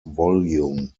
volume